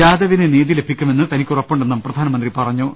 ജാദവിന് നീതി ലഭിക്കുമെന്ന് തനിക്കുറപ്പുണ്ടെന്നും പ്രധാനമന്ത്രി പറഞ്ഞു